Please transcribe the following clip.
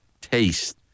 taste